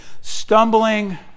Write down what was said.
stumbling